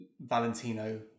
Valentino